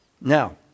Now